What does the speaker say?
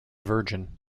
virgin